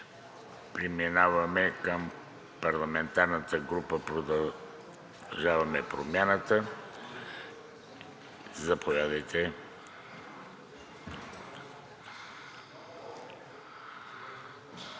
Преминаваме към парламентарната група „Продължаваме Промяната“ – заповядайте.